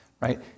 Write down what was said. right